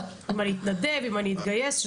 אם אני אתנדב או אתגייס.